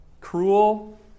Cruel